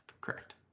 Correct